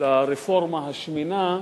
לרפורמה השמנה,